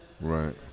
Right